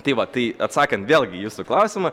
tai va tai atsakant vėlgi į jūsų klausimą